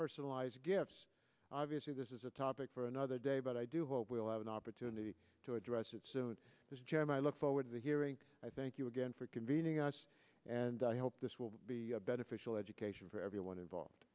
personalized gifts obviously this is a topic another day but i do hope we'll have an opportunity to address it so this job i look forward to hearing i thank you again for convening us and i hope this will be beneficial education for everyone involved